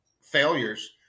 failures